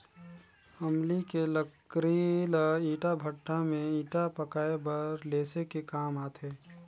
अमली के लकरी ल ईटा भट्ठा में ईटा पकाये बर लेसे के काम आथे